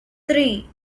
three